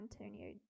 antonio